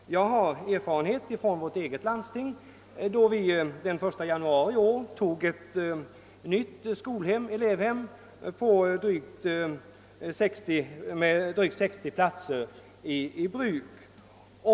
Jag har erfarenhet härav från min hemtrakt, där landstinget den 1 januari i år tog i bruk ett nytt elevhem med drygt 60 platser.